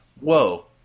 whoa